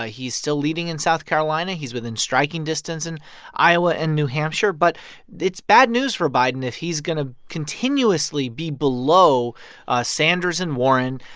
ah he's still leading in south carolina. he's within striking distance in iowa and new hampshire. but it's bad news for biden if he's going to continuously be below sanders and warren,